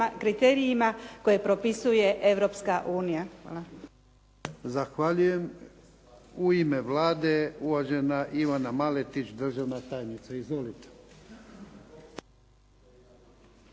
kriterijima koje propisuje Europska unija.